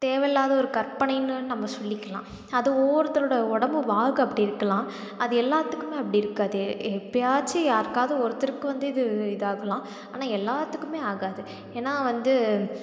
தேவையில்லாத ஒரு கற்பனைன்னு நம்ம சொல்லிக்கலாம் அது ஒவ்வொருத்தரோடய உடம்புவாகு அப்படி இருக்கலாம் அது எல்லாத்துக்குமே அப்படி இருக்காது எப்போயாச்சும் யாருக்காவது ஒருத்தருக்கு வந்து இது இதாகலாம் ஆனால் எல்லாேர்த்துக்குமே ஆகாது ஏன்னால் வந்து